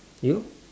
you